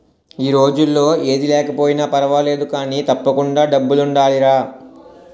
ఈ రోజుల్లో ఏది లేకపోయినా పర్వాలేదు కానీ, తప్పకుండా డబ్బులుండాలిరా